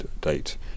date